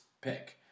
pick